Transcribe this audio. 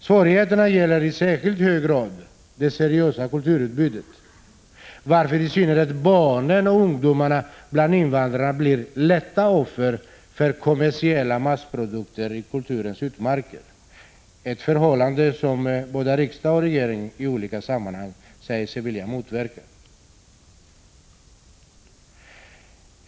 Svårigheterna gäller i särskilt hög grad det seriösa kulturutbudet, varför i synnerhet barnen och ungdomarna bland invandrarna blir lätta offer för kommersiella massprodukter i kulturens utmarker — ett förhållande som både riksdag och regering i olika sammanhang sagt sig vilja motverka.